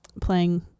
playing